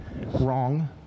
Wrong